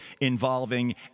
involving